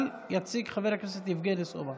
אבל יציג חבר הכנסת יבגני סובה.